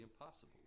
impossible